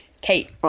Kate